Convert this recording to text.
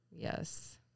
Yes